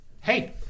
hey